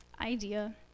idea